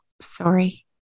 Sorry